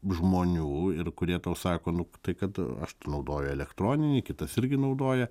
žmonių ir kurie tau sako nu tai kad aš tai naudoju elektroninį kitas irgi naudoja